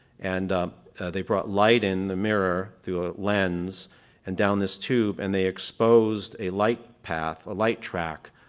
and they brought light in the mirror through a lens and down this tube. and they exposed a light path, a light track,